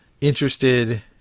interested